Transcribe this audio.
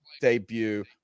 debut